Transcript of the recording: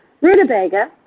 rutabaga